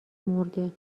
مرده